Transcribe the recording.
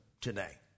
today